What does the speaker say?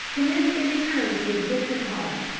commenced a return to his distant home.